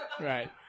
right